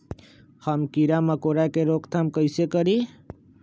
हम किरा मकोरा के रोक थाम कईसे करी?